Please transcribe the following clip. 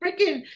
freaking